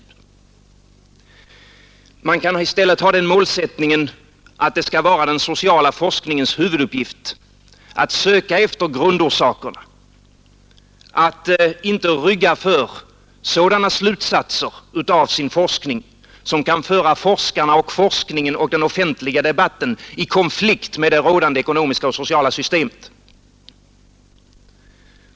Man kan i stället ha den målsättningen att det skall vara den sociala forskningens huvuduppgift att söka efter grundorsakerna, att inte rygga för sådana slutsatser av sin forskning som kan föra forskarna, forskningen och den offentliga debatten i konflikt med det rådande ekonomiska och sociala systemet.